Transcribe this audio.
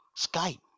Skype